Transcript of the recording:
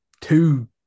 two